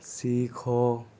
سیکھو